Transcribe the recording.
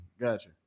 Gotcha